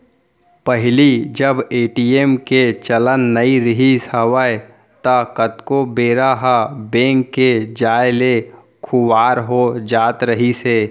पहिली जब ए.टी.एम के चलन नइ रिहिस हवय ता कतको बेरा ह बेंक के जाय ले खुवार हो जात रहिस हे